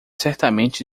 certamente